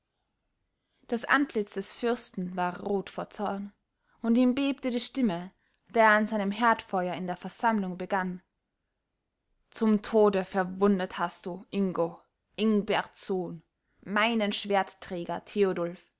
das antlitz des fürsten war rot vor zorn und ihm bebte die stimme da er an seinem herdfeuer in der versammlung begann zum tode verwundet hast du ingo ingberts sohn meinen schwertträger theodulf